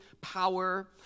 power